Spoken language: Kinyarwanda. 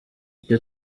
icyo